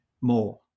more